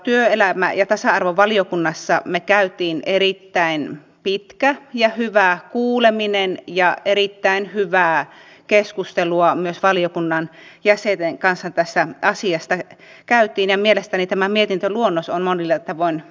työelämä ja tasa arvovaliokunnassa me kävimme erittäin pitkän ja hyvän kuulemisen ja erittäin hyvää keskustelua myös valiokunnan jäsenten kanssa tästä asiasta kävimme ja mielestäni tämä mietintöluonnos on monilla tavoin hyvä